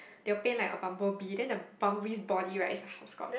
they will paint like a bumble bee then the bumble bee's body right is a hopscotch